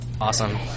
Awesome